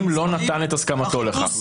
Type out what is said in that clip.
אם לא נתן את הסכמתו לכך.